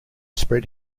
spread